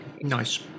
Nice